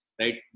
right